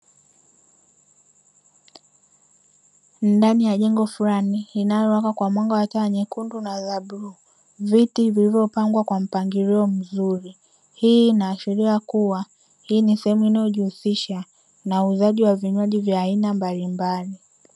Ndani ya jengo fulani linalowaka kwa mwanga wa nyekundu na bluu, viti vilivyopangwa kwa mpangilio mzuri. Hii inaashiria kuwa hii ni sehemu inayojihusisha na uuzaji wa vinywaji vya aina mbalimbali.